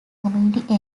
community